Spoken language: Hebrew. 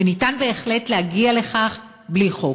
וניתן בהחלט להגיע לכך בלי חוק.